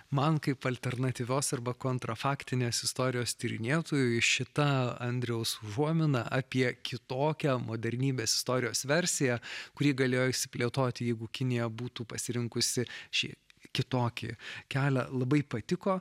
man kaip alternatyvios arba kontrafaktinės istorijos tyrinėtojui šita andriaus užuomina apie kitokią modernybės istorijos versiją kuri galėjo išsiplėtoti jeigu kinija būtų pasirinkusi šį kitokį kelią labai patiko